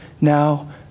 now